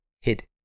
hit